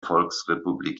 volksrepublik